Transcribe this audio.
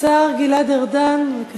השר גלעד ארדן, בבקשה,